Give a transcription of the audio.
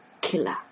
killer